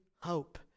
hope